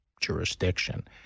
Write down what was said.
jurisdiction